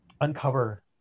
uncover